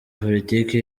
politiki